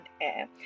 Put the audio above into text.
Air